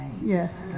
Yes